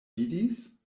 vidis